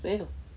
没有